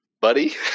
Buddy